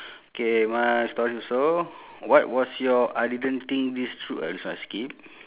K my stories also what was your I didn't think this through uh this one I skip